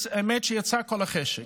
האמת היא שיצא כל החשק,